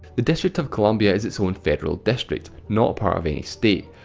the district of columbia is its own federal district, not part of any state.